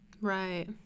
Right